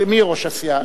מי ראש הסיעה?